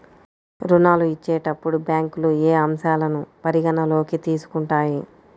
ఋణాలు ఇచ్చేటప్పుడు బ్యాంకులు ఏ అంశాలను పరిగణలోకి తీసుకుంటాయి?